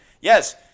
Yes